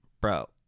bro